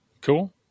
cool